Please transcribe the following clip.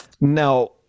Now